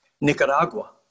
Nicaragua